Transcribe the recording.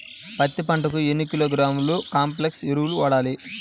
పత్తి పంటకు ఎన్ని కిలోగ్రాముల కాంప్లెక్స్ ఎరువులు వాడాలి?